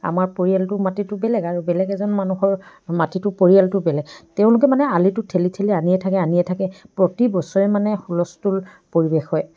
আমাৰ পৰিয়ালটো মাটিটো বেলেগ আৰু বেলেগ এজন মানুহৰ মাটিটো পৰিয়ালটো বেলেগ তেওঁলোকে মানে আলিটো ঠেলি ঠেলি আনিয়ে থাকে আনিয়ে থাকে প্ৰতি বছৰে মানে হুলস্থুল পৰিৱেশ হয়